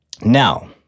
Now